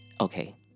Okay